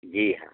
जी हाँ